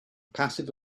passive